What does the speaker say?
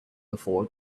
before